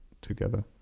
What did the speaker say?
together